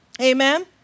Amen